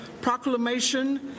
Proclamation